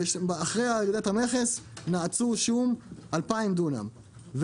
אחרי ירידת המכס נעצו שום 2000 דונם,